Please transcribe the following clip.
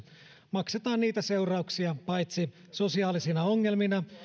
maksetaan niitä seurauksia paitsi sosiaalisina ongelmina